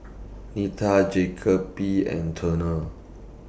Nita Jacoby and Turner